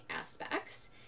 aspects